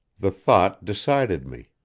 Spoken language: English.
the thought decided me.